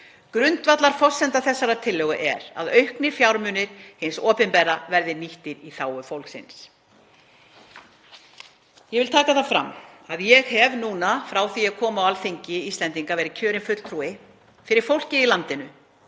Grundvallarforsenda þessarar tillögu er að auknir fjármunir hins opinbera verði nýttir í þágu fólksins. Ég vil taka það fram að ég hef frá því að ég kom á Alþingi Íslendinga og varð kjörinn fulltrúi fyrir fólkið í landinu,